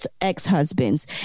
ex-husbands